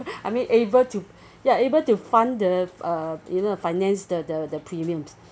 I mean able to ya able to fund the uh you know finance the premiums